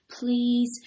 Please